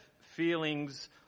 feelings